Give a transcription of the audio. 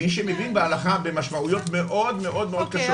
מי שמבין בהלכה, במשמעויות מאוד מאוד מאוד קשות.